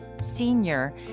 senior